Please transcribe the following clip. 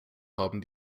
haben